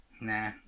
Nah